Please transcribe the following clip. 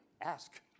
ask